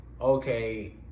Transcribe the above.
okay